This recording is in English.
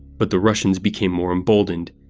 but the russians became more emboldened.